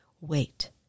wait